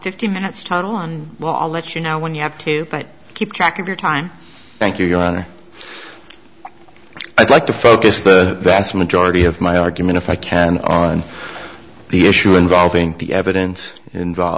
fifteen minutes total on well i'll let you know when you have to but keep track of your time thank you your honor i'd like to focus the vast majority of my argument if i can on the issue involving the evidence involve